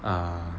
err